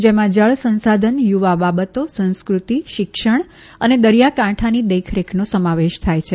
જેમાં જળ સંસાધન યુવા બાબતો સંસ્કૃતિ શિક્ષણ અને દરિયાકાંઠાની દેખરેખનો સમાવેશ થાય છે